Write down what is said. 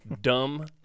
dumb